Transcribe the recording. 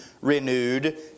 renewed